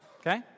Okay